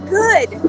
good